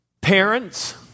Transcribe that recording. Parents